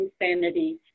Insanity